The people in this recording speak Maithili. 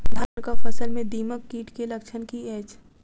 धानक फसल मे दीमक कीट केँ लक्षण की अछि?